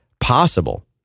possible